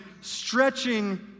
stretching